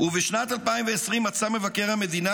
בשנת 2020 מצא מבקר המדינה,